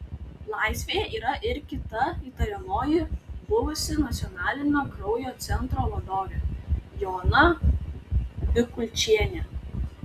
laisvėje yra ir kita įtariamoji buvusi nacionalinio kraujo centro vadovė joana bikulčienė